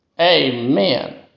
Amen